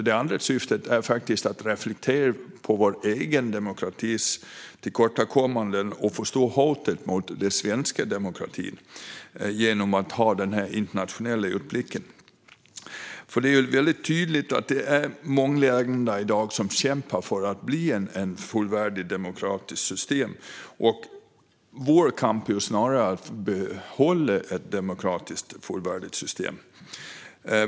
Det andra syftet är att reflektera på vår egen demokratis tillkortakommanden och förstå hotet mot den svenska demokratin genom att ha den internationella utblicken. Det är väldigt tydligt att det i dag är många länder som kämpar för att få fullvärdiga demokratiska system. Vår kamp är snarare att behålla ett fullvärdigt demokratiskt system.